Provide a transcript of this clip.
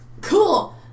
Cool